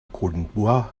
cordenbois